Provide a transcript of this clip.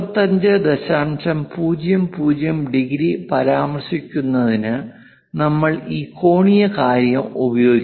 00 degree പരാമർശിക്കുന്നതിന് നമ്മൾ ഈ കോണീയ കാര്യം ഉപയോഗിക്കുന്നു